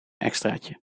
extraatje